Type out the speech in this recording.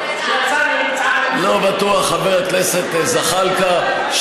חבר הכנסת זחאלקה,